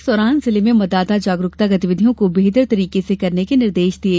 इस दौरान जिले में मतदाता जागरुकता गतिविधियों को बेहतर तरीके से करने के निर्देश दिये